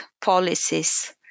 policies